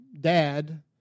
dad